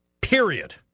Period